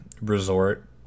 resort